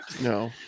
No